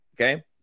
okay